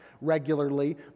regularly